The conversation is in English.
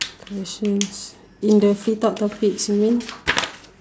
questions in the free talk topics you mean